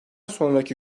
sonraki